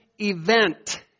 event